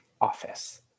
office